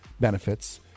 Benefits